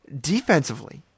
defensively